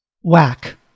Whack